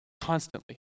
constantly